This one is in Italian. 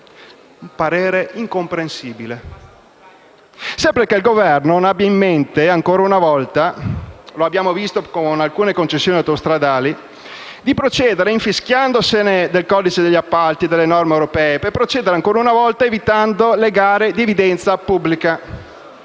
Il parere è incomprensibile. Il Governo forse ha in mente - lo abbiamo visto con alcune concessioni autostradali - di procedere infischiandosene del codice degli appalti e delle norme europee, per procedere ancora una volta evitando le gare a evidenza pubblica.